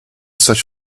such